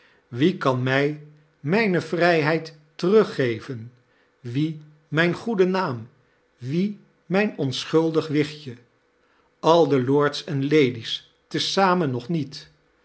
wie kan mij mijne vrijheid teruggeven wie mijn goeden naam wie mijn onsdhuldig wichtje al de lords ea lady s te zamen nog nietr